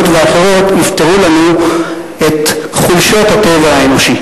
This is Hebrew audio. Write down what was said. ואחרות יפתרו לנו את חולשות הטבע האנושי.